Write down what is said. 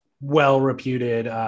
well-reputed